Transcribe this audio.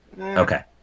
Okay